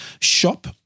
shop